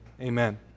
Amen